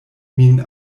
min